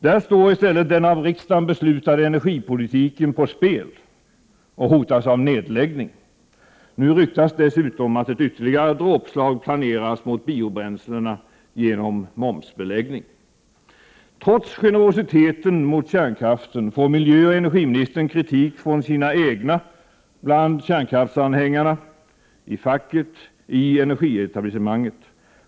Där står i stället den av riksdagen beslutade energipolitiken på spel och hotas av nedläggning. Nu ryktas dessutom att ett ytterligare dråpslag planeras mot biobränslena genom momsbeläggning. Trots generositeten mot kärnkraften får miljöoch energiministern kritik från sina egna bland kärnkraftsanhängarna, i facket, i energietablissemanget.